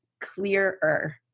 clearer